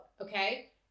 okay